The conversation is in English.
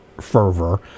fervor